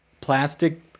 plastic